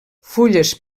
fulles